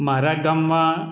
મારા ગામમાં